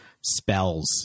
spells